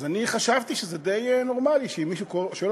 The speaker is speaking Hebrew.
אז אני חשבתי שזה די נורמלי שאם מישהו שואל